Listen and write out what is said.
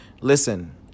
listen